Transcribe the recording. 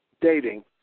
dating